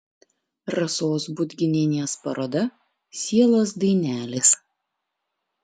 rasos budginienės paroda sielos dainelės